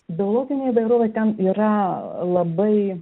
biologinė įvairovė ten yra labai